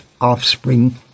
offspring